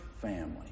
family